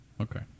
Okay